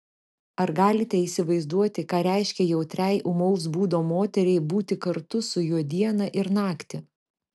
ar galite įsivaizduoti ką reiškia jautriai ūmaus būdo moteriai būti kartu su juo dieną ir naktį